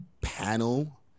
panel